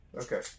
Okay